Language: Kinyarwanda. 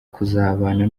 kuzabana